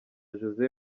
jose